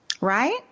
right